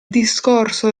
discorso